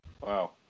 Wow